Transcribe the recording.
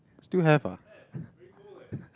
still have ah